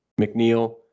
McNeil